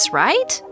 right